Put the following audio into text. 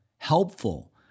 helpful